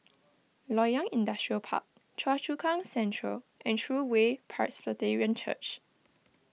Loyang Industrial Park Choa Chu Kang Central and True Way Presbyterian Church